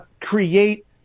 create